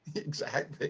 exactly.